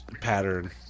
pattern